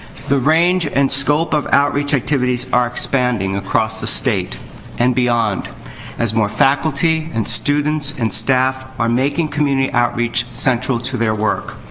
the range and scope of outreach activities are expanding across the state and beyond as more faculty and students and staff are making community outreach central to their work.